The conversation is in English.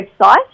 website